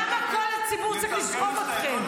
למה כל הציבור צריך לסחוב אתכם?